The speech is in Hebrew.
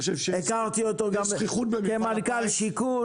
היכרתי אותו גם כמנכ"ל שיכון.